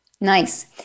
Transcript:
Nice